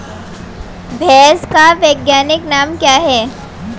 भैंस का वैज्ञानिक नाम क्या है?